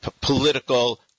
political